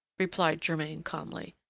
replied germain calmly,